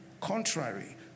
contrary